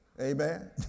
Amen